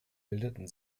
bildeten